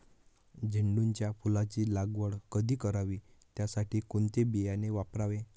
झेंडूच्या फुलांची लागवड कधी करावी? त्यासाठी कोणते बियाणे वापरावे?